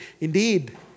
Indeed